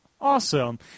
Awesome